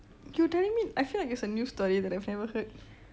you telling me I feel like its a new story that I've never heard